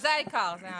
זה העניין.